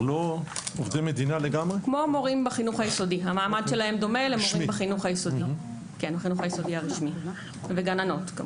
המעמד שלהם דומה למורים בחינוך היסודי הרשמי וגננות.